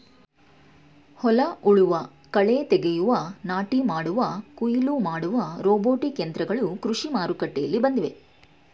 ಹೊಲ ಉಳುವ, ಕಳೆ ತೆಗೆಯುವ, ನಾಟಿ ಮಾಡುವ, ಕುಯಿಲು ಮಾಡುವ ರೋಬೋಟಿಕ್ ಯಂತ್ರಗಳು ಕೃಷಿ ಮಾರುಕಟ್ಟೆಯಲ್ಲಿ ಬಂದಿವೆ